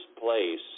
place